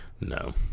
No